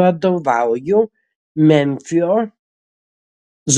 vadovauju memfio